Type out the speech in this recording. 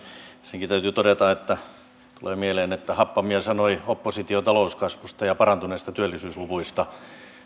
sekin täytyy todeta että tulee mieleen että happamia sanoi oppositio talouskasvusta ja parantuneista työllisyysluvuista